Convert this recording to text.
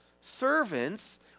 servants